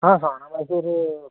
Sona Mysore